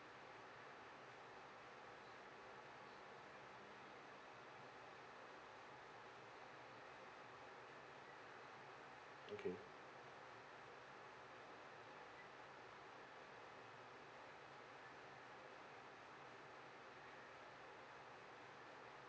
okay